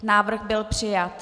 Návrh byl přijat.